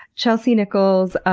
chelsea nichols,